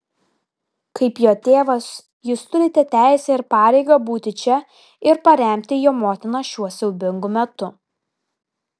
kaip jo tėvas jūs turite teisę ir pareigą būti čia ir paremti jo motiną šiuo siaubingu metu